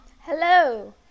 Hello